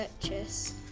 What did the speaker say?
purchase